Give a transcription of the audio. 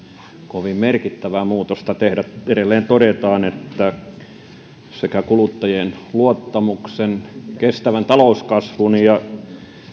kovin merkittävää muutosta tehdä edelleen todetaan että kuluttajien luottamuksen kestävän talouskasvun ja